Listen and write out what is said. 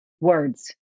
Words